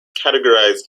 categorized